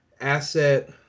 asset